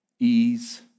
ease